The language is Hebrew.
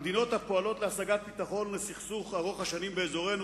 המדינות הפועלות להשגת פתרון לסכסוך ארוך השנים באזורנו,